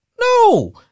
no